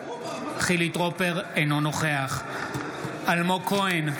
אינו נוכח אלמוג כהן,